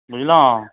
बुझलहुँ